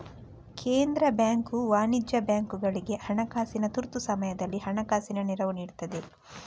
ಕೇಂದ್ರ ಬ್ಯಾಂಕು ವಾಣಿಜ್ಯ ಬ್ಯಾಂಕುಗಳಿಗೆ ಹಣಕಾಸಿನ ತುರ್ತು ಸಮಯದಲ್ಲಿ ಹಣಕಾಸಿನ ನೆರವು ನೀಡ್ತದೆ